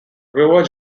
river